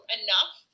enough